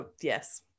yes